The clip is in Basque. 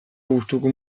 gustuko